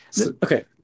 Okay